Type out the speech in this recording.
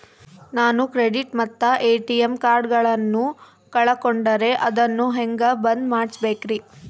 ನಾನು ಕ್ರೆಡಿಟ್ ಮತ್ತ ಎ.ಟಿ.ಎಂ ಕಾರ್ಡಗಳನ್ನು ಕಳಕೊಂಡರೆ ಅದನ್ನು ಹೆಂಗೆ ಬಂದ್ ಮಾಡಿಸಬೇಕ್ರಿ?